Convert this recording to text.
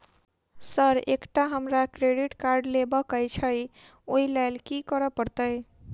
Sir एकटा हमरा credit card लेबकै छैय ओई लैल की करऽ परतै?